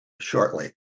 shortly